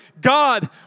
God